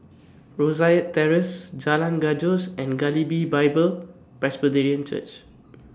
Rosyth Terrace Jalan Gajus and Galilee B Bible Presbyterian Church